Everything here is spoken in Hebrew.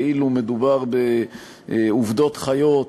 כאילו מדובר בעובדות חיות.